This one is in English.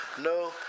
no